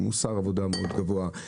עם מוסר עבודה מאוד גבוה,